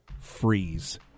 freeze